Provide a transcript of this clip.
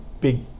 big